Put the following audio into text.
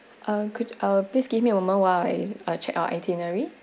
uh could uh please give me a moment while I check our itinerary